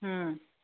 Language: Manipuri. ꯎꯝ